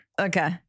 Okay